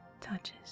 touches